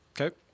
Okay